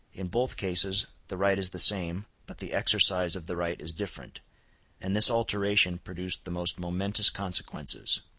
in both cases the right is the same, but the exercise of the right is different and this alteration produced the most momentous consequences.